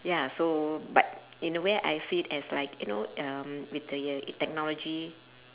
ya so but in a way I see it as like you know um with the uh technology